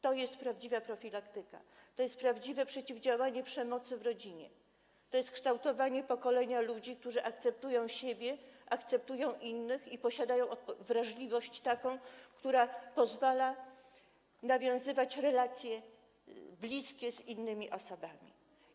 To jest prawdziwa profilaktyka, to jest prawdziwe przeciwdziałanie przemocy w rodzinie, to jest kształtowanie pokolenia ludzi, którzy akceptują siebie, akceptują innych i posiadają wrażliwość taką, która pozwala nawiązywać bliskie relacje z innymi osobami.